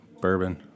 bourbon